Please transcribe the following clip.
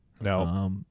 No